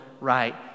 right